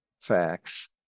facts